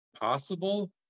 possible